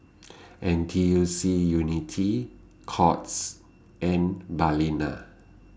N T U C Unity Courts and Balina